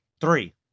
Three